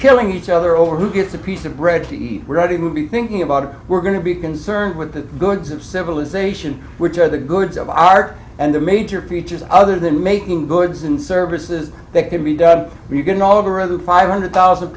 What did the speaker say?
killing each other over who gets a piece of bread to eat ready movie thinking about it we're going to be concerned with the goods of civilization which are the goods of art and the major features other than making goods and services that can be done we're going all over the five hundred thousand